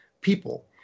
people